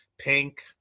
Pink